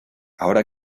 ahora